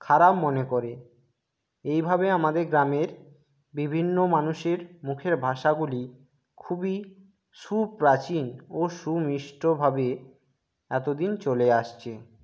খারাপ মনে করে এইভাবে আমাদের গ্রামের বিভিন্ন মানুষের মুখের ভাষাগুলি খুবই সুপ্রাচীন ও সুমিষ্টভাবে এতোদিন চলে আসছে